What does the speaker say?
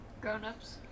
Grown-ups